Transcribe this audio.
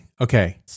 Okay